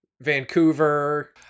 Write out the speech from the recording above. vancouver